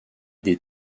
des